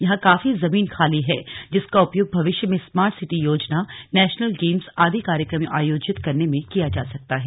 यहां काफी जमीन खाली है जिसका उपयोग भविष्य में स्मार्ट सिटी योजना नेशनल गेम्स आदि कार्यक्रम आयोजित करने में किया जा सकता है